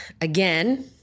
again